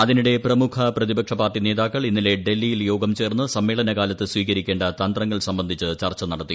അതിനിടെ പ്രമുഖ പ്രതിപക്ഷ പാർട്ടി നേതാക്കൾ ഇന്നലെ ഡൽഹിയിൽ യോഗം ചേർന്ന് സമ്മേളനകാലത്ത് സ്വീകരിക്കേണ്ട തന്ത്രങ്ങൾ സംബന്ധിച്ച് ചർച്ച നടത്തി